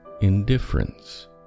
indifference